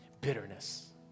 Bitterness